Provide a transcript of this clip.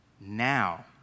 now